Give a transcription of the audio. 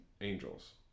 Angel's